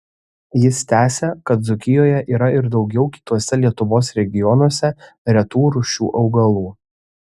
jis tęsia kad dzūkijoje yra ir daugiau kituose lietuvos regionuose retų rūšių augalų